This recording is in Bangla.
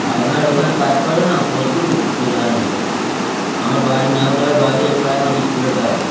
আপনার ওখানে কাজ করে না প্রদ্যুত ও জানে আমার বাড়ি ন্যাওদায় বাড়ি ওই প্রাইমারি স্কুলের কাছে